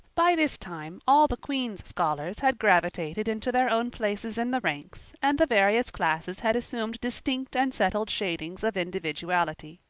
by this time all the queen's scholars had gravitated into their own places in the ranks and the various classes had assumed distinct and settled shadings of individuality.